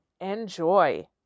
Enjoy